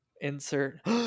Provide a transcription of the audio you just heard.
Insert